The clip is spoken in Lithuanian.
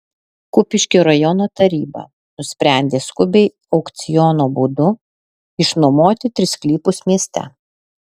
kupiškio rajono taryba nusprendė skubiai aukciono būdu išnuomoti tris sklypus mieste